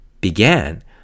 began